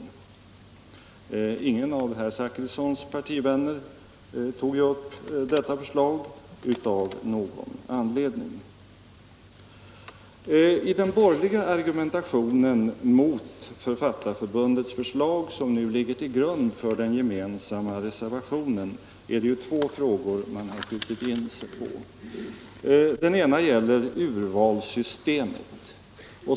Av någon anledning tog ingen av herr Zachrissons partivänner upp detta förslag. I den borgerliga argumentationen mot Författarförbundets förslag, som nu ligger till grund för den gemensamma reservationen, är det två frågor som man har skjutit in sig på. Den ena gäller urvalssystemet.